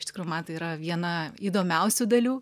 iš tikrųjų man tai yra viena įdomiausių dalių